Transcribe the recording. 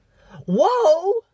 Whoa